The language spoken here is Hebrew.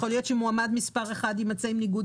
יכול להיות שמועמד מספר אחד יימצא עם ניגוד